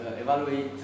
evaluate